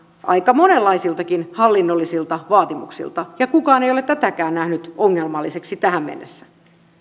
aika monenlaisiltakin hallinnollisilta vaatimuksilta ja kukaan ei ole tätäkään nähnyt ongelmalliseksi tähän mennessä